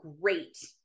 great